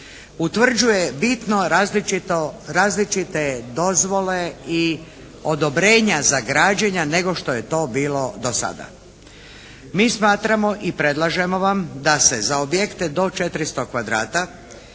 utvrđuje bitno različito, različite dozvole i odobrenja za građenja nego što je to bilo do sada. Mi smatramo i predlažemo vam da se za objekte do 400 kvadrata